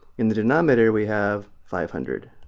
in the denominator we have five hundred,